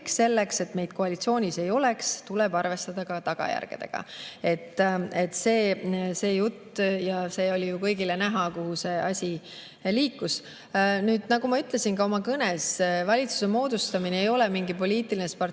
selleks, et meid koalitsioonis ei oleks, tuleb arvestada ka tagajärgedega." See oli ju kõigile näha, kuhu see asi liikus. Nüüd, nagu ma ütlesin ka oma kõnes, siis valitsuse moodustamine ei ole mingi poliitiline